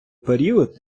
період